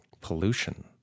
pollution